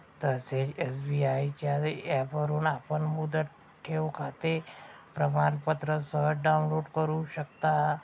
तसेच एस.बी.आय च्या ऍपवरून आपण मुदत ठेवखाते प्रमाणपत्र सहज डाउनलोड करु शकता